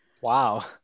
Wow